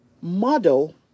model